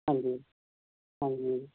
ਹਾਂਜੀ ਹਾਂਜੀ